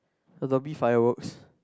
a Dobby Fireworks